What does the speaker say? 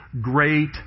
great